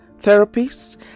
therapists